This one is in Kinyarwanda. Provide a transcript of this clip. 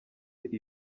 ibi